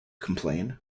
complain